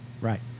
Right